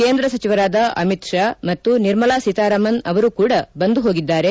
ಕೇಂದ್ರ ಸಚಿವರಾದ ಅಮಿತ್ ಶಾ ಮತ್ತು ನಿರ್ಮಲಾ ಸೀತಾರಾಮನ್ ಅವರೂ ಕೂಡ ಬಂದು ಹೋಗಿದ್ದಾರೆ